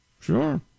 Sure